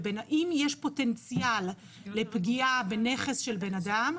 אם יש פוטנציאל לפגיעה בנכס של בן אדם,